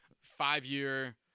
five-year